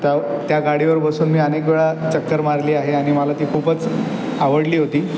त्यावर त्या गाडीवर बसून मी अनेक वेळा चक्कर मारली आहे आणि मला ती खूपच आवडली होती